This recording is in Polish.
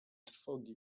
trwogi